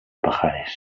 pajares